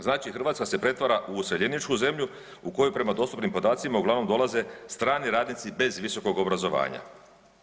Znači, Hrvatska se pretvara u useljeničku zemlju u kojoj prema dostupnim podacima uglavnom dolaze strani radnici bez visokog obrazovanja.